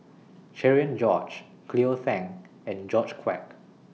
Cherian George Cleo Thang and George Quek